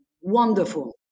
wonderful